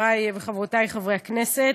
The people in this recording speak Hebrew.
חברי וחברותי חברי הכנסת,